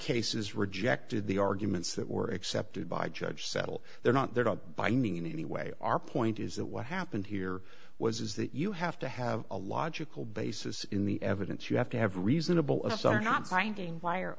cases rejected the arguments that were accepted by judge settle they're not they're not binding in any way our point is that what happened here was is that you have to have a logical basis in the evidence you have to have reasonable us are not finding